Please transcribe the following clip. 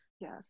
yes